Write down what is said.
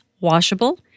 washable